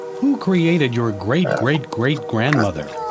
who created your great-great-great-grandmother?